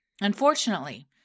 Unfortunately